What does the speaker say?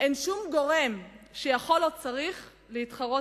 אין שום גורם שיכול או צריך להתחרות